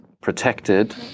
protected